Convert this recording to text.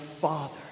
father